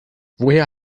woher